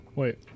Wait